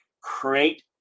create